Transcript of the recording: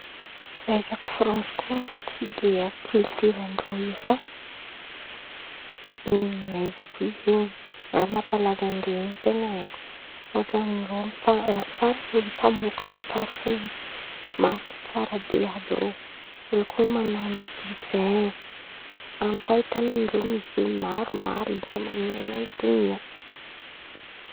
Fahaizako Fransy koa tsy de haiko kilitiorandreo io fa ny fahaizako izy zen̈y raha mampalaza irô in̈y ten̈a haiko ôhatra irô olo faran̈y mpamôkatra parfin mariky tsara be àby in̈y irô, irô koa man̈ano divin, an̈y koa ahitan̈a irô mioze maro hita maneran̈a donia.